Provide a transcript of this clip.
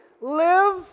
live